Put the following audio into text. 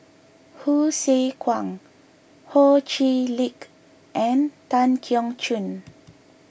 Hsu Tse Kwang Ho Chee Lick and Tan Keong Choon